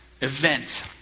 event